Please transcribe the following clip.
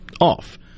off